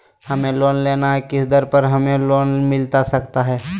हमें लोन लेना है किस दर पर हमें लोन मिलता सकता है?